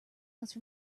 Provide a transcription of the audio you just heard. else